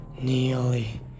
nearly